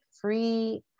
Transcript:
free